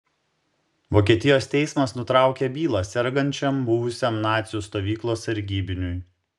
vokietijos teismas nutraukė bylą sergančiam buvusiam nacių stovyklos sargybiniui